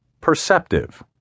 perceptive